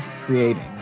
creating